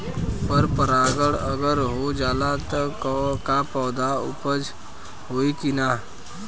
पर परागण अगर हो जाला त का पौधा उपज होई की ना?